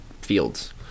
fields